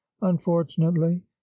unfortunately